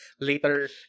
later